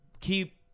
keep